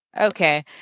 Okay